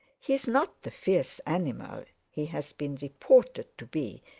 he is not the fierce animal he has been reported to be,